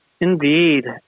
Indeed